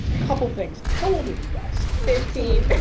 couple of things how old are you guys? fifteen.